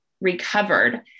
recovered